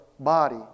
body